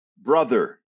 Brother